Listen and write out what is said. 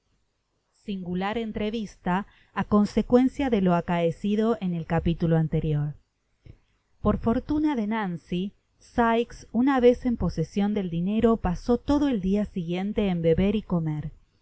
singular entrevista á consecuencia de lo acaecido en el capítulo anterior or fortuna je nancy sikes una vez en posesion dei dinero pasó todo el dia siguiente en beber y comer